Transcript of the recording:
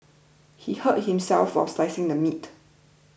he hurt himself while slicing the meat